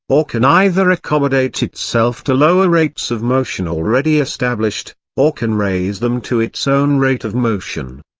or can either accommodate itself to lower rates of motion already established, or can raise them to its own rate of motion.